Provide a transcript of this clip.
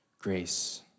grace